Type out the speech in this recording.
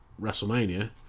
WrestleMania